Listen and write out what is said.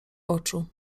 oczu